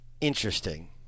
interesting